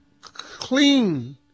clean